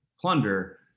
plunder